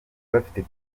bafite